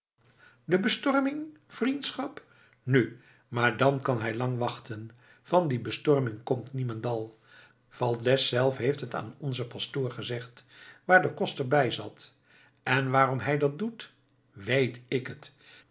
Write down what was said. de bestorming vriendschap nu maar dan kan hij lang wachten van die bestorming komt niemendal valdez zelf heeft het aan onzen pastoor gezegd waar de koster bij was en waarom hij dat doet weet ik het